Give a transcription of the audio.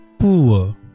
poor